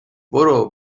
برو